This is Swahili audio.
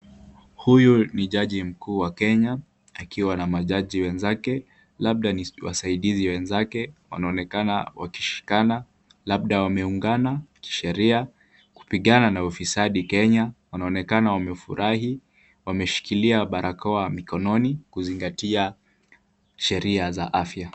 Huyu ni jaji mkuu wa Kenya, akiwa na majaji wenzake, labda ni wasaidizi wenzake, wanaonekana wakishikana, labda wameungana kisheria, kupigana na ufisadi Kenya, wanaonekana wamefurahi, wameshikilia barakoa mikononi kuzingatia sheria za afya.